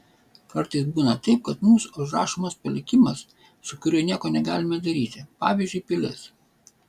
kartais būna taip kad mums užrašomas palikimas su kuriuo nieko negalime daryti pavyzdžiui pilis